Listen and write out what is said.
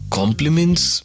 compliments